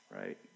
right